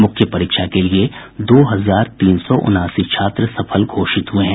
मुख्य परीक्षा के लिए दो हजार तीन सौ उनासी छात्र सफल घोषित हुये हैं